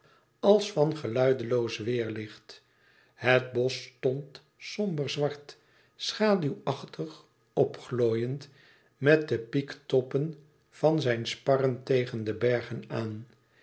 als van geluideloos weêrlicht het bosch stond somber zwart schaduwachtig opglooiend met de piektoppen van zijn sparren tegen de bergen aan